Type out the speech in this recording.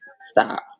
stop